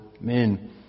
men